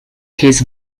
his